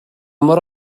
mor